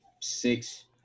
six